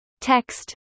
text